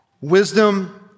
Wisdom